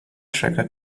tracker